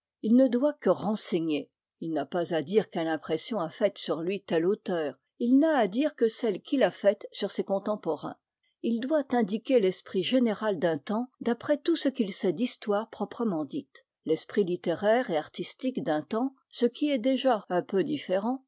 il ne doit que renseigner il n'a pas à dire quelle impression a faite sur lui tel auteur il n'a à dire que celle qu'il a faite sur ses contemporains il doit indiquer l'esprit général d'un temps d'après tout ce qu'il sait d'histoire proprement dite l'esprit littéraire et artistique d'un temps ce qui est déjà un peu différent